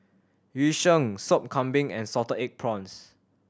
Yu Sheng Sop Kambing and salted egg prawns